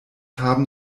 haben